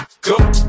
go